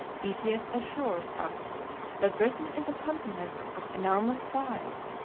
pytheas assures us that britain is a continent of enormous size,